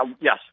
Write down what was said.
yes